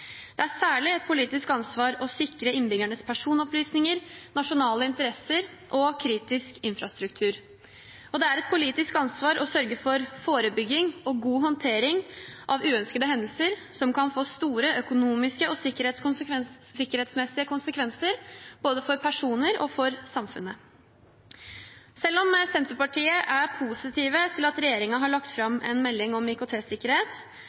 Det er særlig et politisk ansvar å sikre innbyggernes personopplysninger, nasjonale interesser og kritisk infrastruktur. Det er også et politisk ansvar å sørge for forebygging og god håndtering av uønskede hendelser som kan få store økonomiske og sikkerhetsmessige konsekvenser, både for personer og for samfunnet. Selv om Senterpartiet er positive til at regjeringen har lagt fram en melding om